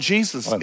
Jesus